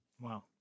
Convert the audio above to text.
Wow